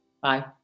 Bye